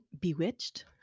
bewitched